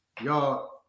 y'all